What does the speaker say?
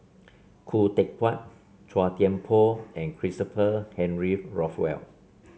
Khoo Teck Puat Chua Thian Poh and Christopher Henry Rothwell